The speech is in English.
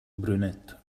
brunette